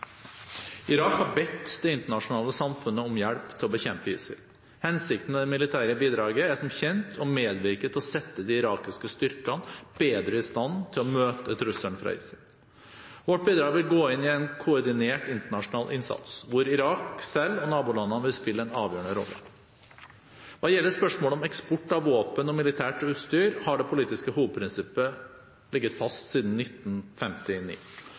Irak har bedt det internasjonale samfunnet om hjelp til å bekjempe ISIL. Hensikten med det militære bidraget er som kjent å medvirke til å sette de irakiske styrkene bedre i stand til å møte trusselen fra ISIL. Vårt bidrag vil gå inn i en koordinert internasjonal innsats, hvor Irak selv og nabolandene vil spille en avgjørende rolle. Hva gjelder spørsmålet om eksport av våpen og militært utstyr, har det politiske hovedprinsippet ligget fast siden 1959.